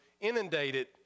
inundated